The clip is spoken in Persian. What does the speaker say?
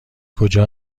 کجا